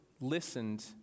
listened